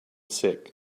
sick